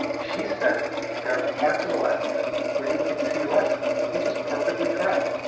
she said there are parts of alaska where you can see russia, which is perfectly correct.